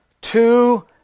two